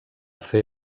fer